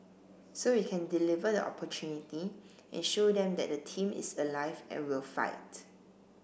so we can deliver the opportunity and show them that the team is alive and will fight